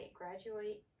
graduate